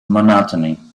monotony